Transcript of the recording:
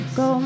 go